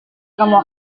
kamu